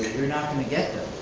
you're not gonna get them,